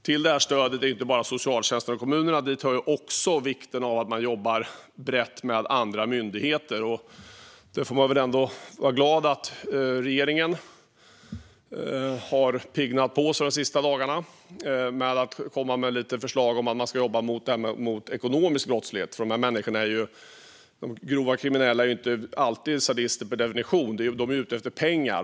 Till det här stödet hör inte bara socialtjänsten och kommunerna, utan dit hör också vikten av att man jobbar brett med andra myndigheter. Där får vi väl ändå vara glada att regeringen har piggnat till de senaste dagarna och kommit med lite förslag om att jobba mot ekonomisk brottslighet. Grovt kriminella är nämligen inte alltid sadister per definition, utan de är ute efter pengar.